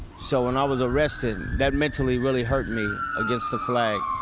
so when i was arrested that mentally really hurt me against the flag,